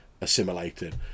assimilated